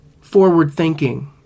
forward-thinking